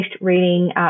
reading